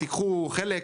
תיקחו חלק,